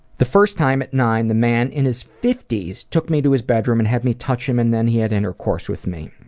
the first time at nine, the man in his fifty s took me to his bedroom and had me touch him, and then he had intercourse with me.